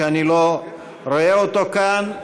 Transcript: שאני לא רואה אותו כאן.